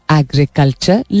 agriculture